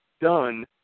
done